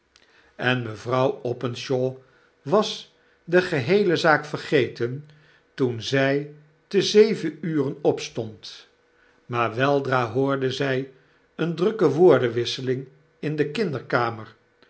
spanning mevrouw openshaw was de geheele zaak vergeten toen zy ten zeven uren opstond maar weldra hoorde zjj een drukke woordenwisselingin de kinderkamer